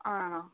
ആണോ